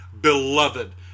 beloved